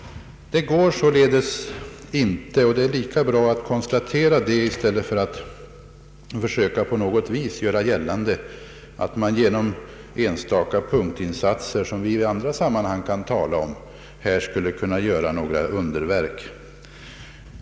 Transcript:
Detta går inte, vilket det är lika bra att konstatera i stället för att på något vis försöka göra gällande att enstaka punktinsatser — som i andra sammanhang kan diskuteras — i det här fallet skulle kunna åstadkomma några underverk.